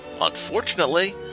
Unfortunately